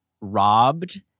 robbed